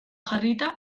jarrita